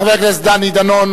חבר הכנסת דני דנון,